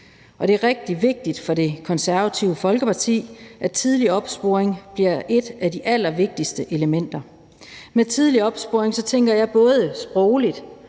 Det er rigtig vigtigt for Det Konservative Folkeparti, at tidlig opsporing bliver et af de allervigtigste elementer. Med tidlig opsporing tænker jeg både sproglig,